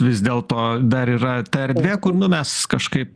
vis dėlto dar yra ta erdvė kur nu mes kažkaip